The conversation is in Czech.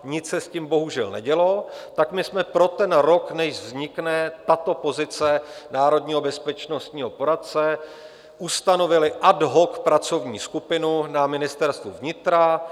Nic se s tím bohužel nedělo, tak my jsme pro ten rok, než vznikne tato pozice národního bezpečnostního poradce, ustanovili ad hoc pracovní skupinu na Ministerstvu vnitra.